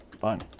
fun